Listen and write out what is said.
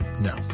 No